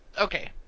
Okay